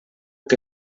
que